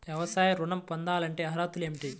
వ్యవసాయ ఋణం పొందాలంటే అర్హతలు ఏమిటి?